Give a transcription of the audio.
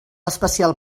especial